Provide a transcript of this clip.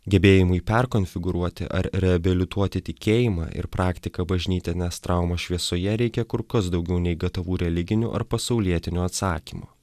gebėjimui perkonfigūruoti ar reabilituoti tikėjimą ir praktiką bažnytines traumos šviesoje reikia kur kas daugiau nei gatavų religinių ar pasaulietinių atsakymų